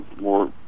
more